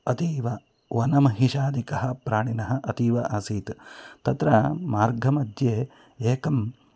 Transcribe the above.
अतीव वनमहिषादिकः प्राणिनः अतीव आसीत् तत्र मार्गमध्ये एकम्